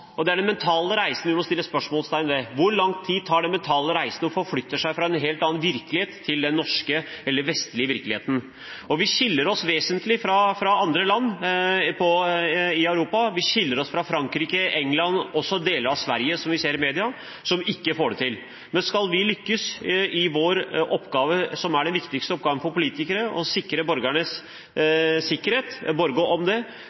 og det er den vi må sette spørsmålstegn ved: Hvor lang tid tar den mentale reisen – å forflytte seg fra en helt annen virkelighet til den norske eller vestlige virkeligheten? Vi skiller oss vesentlig fra andre land i Europa. Vi skiller oss fra Frankrike, England og også deler av Sverige, som vi ser i media, som ikke får det til. Men skal vi lykkes i vår oppgave – som er den viktigste oppgaven for oss politikere – å sikre borgernes